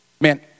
Man